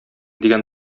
дигән